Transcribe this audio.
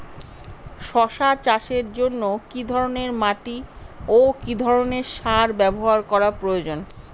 শশা চাষের জন্য কি ধরণের মাটি ও কি ধরণের সার ব্যাবহার করা প্রয়োজন?